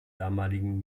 damaligen